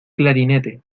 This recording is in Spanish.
clarinete